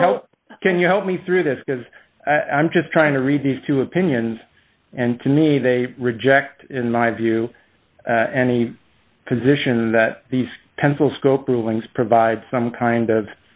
how can you help me through this because i'm just trying to read these two opinions and to me they reject in my view any position that these pencil scope rulings provide some kind